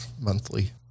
monthly